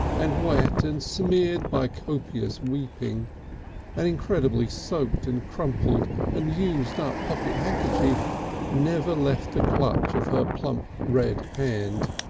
and wet and smeared by copious weeping an incredibly soaked and crumpled and used-up pocket handkerchief never left the clutch of her plump red hand.